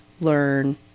learn